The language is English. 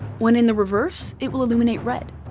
when in the reverse, it will illuminate red.